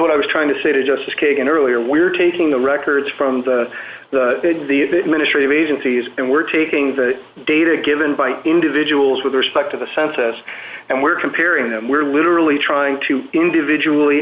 what i was trying to say to justice kagan earlier we are taking the records from the ministry of agencies and we're taking the data given by individuals with respect to the census and we're comparing them we're literally trying to individually